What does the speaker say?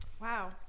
Wow